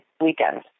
weekend